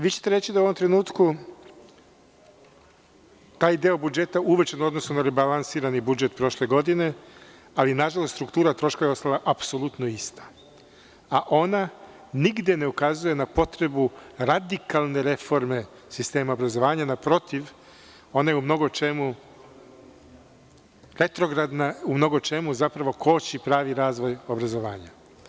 Vi ćete reći da u ovom trenutku taj deo budžeta uvećan u odnosu na rebalansirani budžet prošle godine, ali nažalost, struktura troškova je ostala apsolutno ista, a ona nigde ne ukazuje na potrebu radikalne reforme sistema obrazovanja, naprotiv ona je u mnogo čemu retrogradna, u mnogo čemu, zapravo koči pravi razvoj obrazovanja.